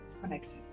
connected